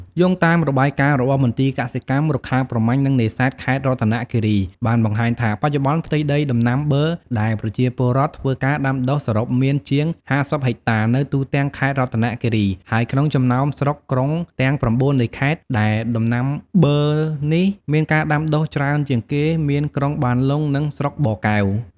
យោងតាមរបាយការណ៍របស់មន្ទីរកសិកម្ម រុក្ខាប្រមាញ់ និងនេសាទខេត្តរតនគិរី បានបង្ហាញថា បច្ចុប្បន្នផ្ទៃដីដំណាំប័រដែលប្រជាពលរដ្ឋធ្វើការដាំដុះសរុបមានជាង ៥០ហិកតា នៅទូទាំងខេត្តរតនគិរី ហើយក្នុងចំណោម ស្រុក ក្រុងទាំង៩ នៃខេត្ត ដែលដំណាំប័រនេះ មានការដាំដុះច្រើនជាងគេ មានក្រុងបានលុង និងស្រុកបរកែវ។